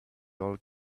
old